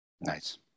Nice